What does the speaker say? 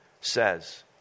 says